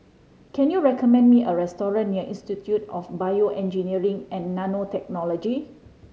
can you recommend me a restaurant near Institute of BioEngineering and Nanotechnology